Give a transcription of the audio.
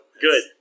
Good